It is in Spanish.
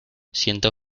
siento